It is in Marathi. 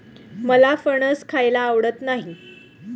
मला फणस खायला आवडत नाही